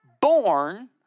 born